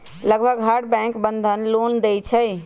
लगभग हर bank Bandhan loan देई छई